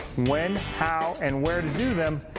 when, how and where to do them,